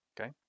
Okay